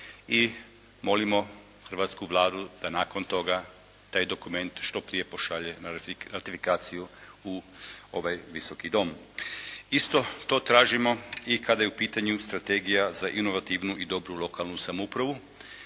i molimo hrvatsku Vladu da nakon toga taj dokument što prije pošalje na ratifikaciju u ovaj Visoki dom. Isto to tražimo i kada je u pitanju strategija za inovativnu i dobru lokalnu samoupravu.